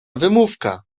wymówka